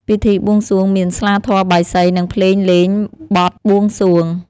ពិធីបួងសួងមាន ស្លាធម៌ បាយសី និងភ្លេងលេងបទបួងសួង ។